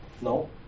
no